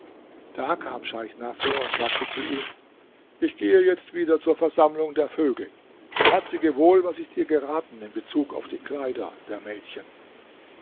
da kam scheich naßr und sagte zu ihm ich gehe jetzt wieder zur versammlung der vögel beherzige wohl was ich dir geraten in bezug auf die kleider der mädchen